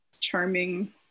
charming